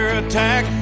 attack